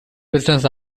business